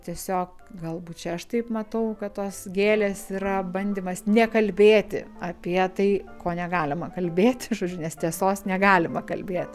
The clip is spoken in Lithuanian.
tiesiog galbūt čia aš taip matau kad tos gėlės yra bandymas nekalbėti apie tai ko negalima kalbėti žodžiu nes tiesos negalima kalbėt